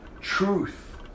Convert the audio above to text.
truth